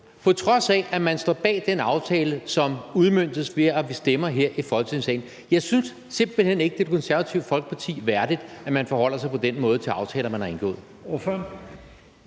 på trods af at man står bag den aftale, som udmøntes, ved at vi stemmer her i Folketingssalen. Jeg synes simpelt hen ikke, at det er Det Konservative Folkeparti værdigt, at man forholder sig på den måde til aftaler, man har indgået.